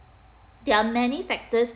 there are many factors